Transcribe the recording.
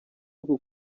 uku